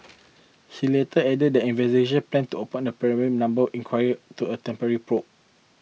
he later added that investigators planned to open a premeditated number inquiry to a temporarily probe